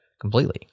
completely